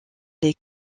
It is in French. les